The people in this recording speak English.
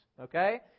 Okay